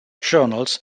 journals